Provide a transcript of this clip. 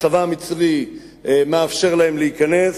הצבא המצרי מאפשר להם להיכנס,